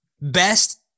best